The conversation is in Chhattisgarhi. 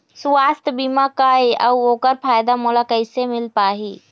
सुवास्थ बीमा का ए अउ ओकर फायदा मोला कैसे मिल पाही?